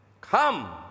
Come